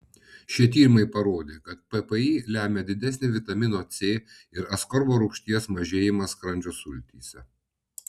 šie tyrimai parodė kad ppi lemia didesnį vitamino c ir askorbo rūgšties mažėjimą skrandžio sultyse